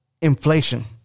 inflation